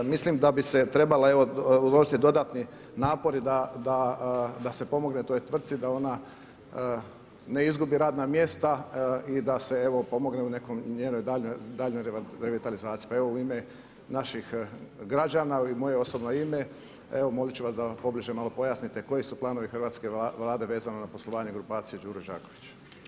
Mislim da bi se trebao uložiti dodatni napori da se pomogne toj tvrtci, da ona ne izgubi radna mjesta i da se pomogne u nekoj njenoj daljnjoj revitalizaciji pa evo u ime naših građana i u moje osobno ime, evo molit ću da pobliže malo pojasnite koji su planovi hrvatske Vlade vezano na poslovanje grupacije Đuro Đaković.